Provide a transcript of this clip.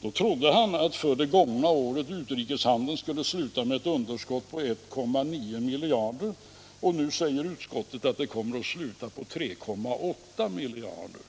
Då trodde han att utrikeshandeln för det gångna året skulle sluta med ett underskott på 1,9 miljarder, och nu säger utskottet att underskottet kommer att bli 3,8 miljarder.